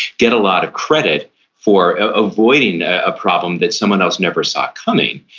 get a lot of credit for avoiding a problem that someone else never saw coming.